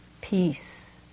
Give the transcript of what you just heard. peace